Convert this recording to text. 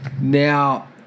Now